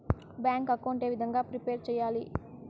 Bank account ఏ విధంగా prepare సెయ్యాలి?